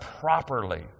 properly